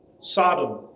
Sodom